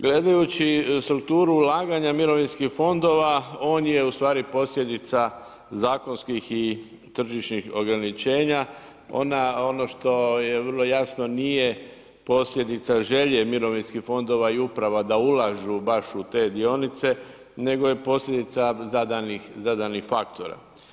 Gledajući strukturu ulaganja mirovinskih fondova, on je ustvari posljedica zakonskih i tržišnih ograničenja, ono što je vrlo jasno, nije posljedica želje mirovinskih fondova i upravo da ulažu baš u te dionice, nego je posljedica zadanih faktora.